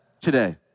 today